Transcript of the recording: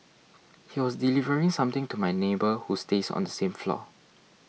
he was delivering something to my neighbour who stays on the same floor